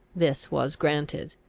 this was granted.